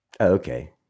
okay